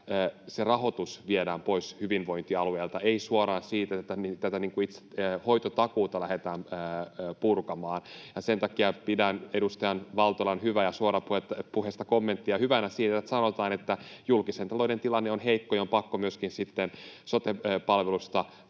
se rahoitus viedään pois hyvinvointialueilta, ei suoraan siitä, että hoitotakuuta lähdetään purkamaan. Sen takia pidän edustaja Valtolan hyvää ja suorapuheista kommenttia hyvänä siinä, että sanotaan, että julkisen talouden tilanne on heikko ja on pakko myöskin sote-palveluissa